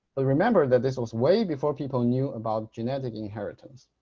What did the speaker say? ah remember that this was way before people knew about genetic inheritance